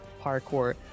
parkour